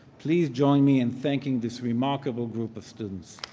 please join me in thanking this remarkable group of students.